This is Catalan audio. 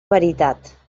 veritat